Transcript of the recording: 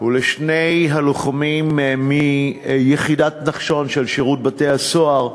ולשני הלוחמים מיחידת נחשון של שירות בתי-הסוהר,